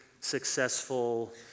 successful